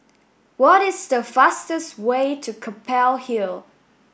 what is the fastest way to Keppel Hill